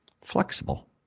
flexible